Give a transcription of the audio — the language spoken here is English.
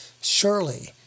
Surely